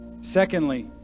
Secondly